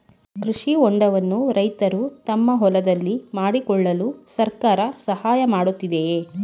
ಕೃಷಿ ಹೊಂಡವನ್ನು ರೈತರು ತಮ್ಮ ಹೊಲದಲ್ಲಿ ಮಾಡಿಕೊಳ್ಳಲು ಸರ್ಕಾರ ಸಹಾಯ ಮಾಡುತ್ತಿದೆಯೇ?